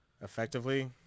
effectively